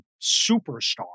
superstar